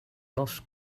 lost